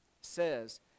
says